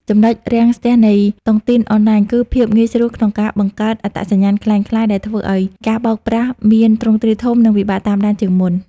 ចំណុចរាំងស្ទះនៃតុងទីនអនឡាញគឺ "ភាពងាយស្រួលក្នុងការបង្កើតអត្តសញ្ញាណក្លែងក្លាយ" ដែលធ្វើឱ្យការបោកប្រាស់មានទ្រង់ទ្រាយធំ និងពិបាកតាមដានជាងមុន។